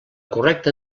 correcta